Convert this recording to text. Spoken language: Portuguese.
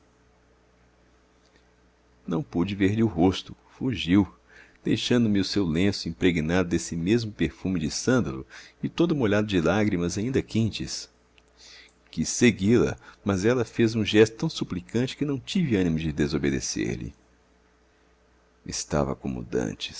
não pude ver-lhe o rosto fugiu deixando me o seu lenço impregnado desse mesmo perfume de sândalo e todo molhado de lágrimas ainda quentes quis segui-la mas ela fez um gesto tão suplicante que não tive ânimo de desobedecer lhe estava